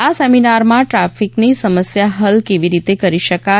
આ સેમિનારમાં ટ્રાફિકની સમસ્યા હલ કેવી રીતે કરી શકાય